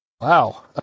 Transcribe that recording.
Wow